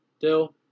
Dill